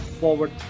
forward